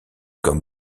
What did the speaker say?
comme